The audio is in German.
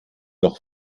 doch